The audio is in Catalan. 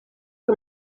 que